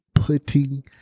Putting